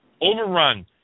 overrun